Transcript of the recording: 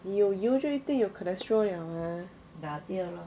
有油就一定有 cholesterol liao mah